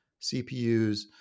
CPUs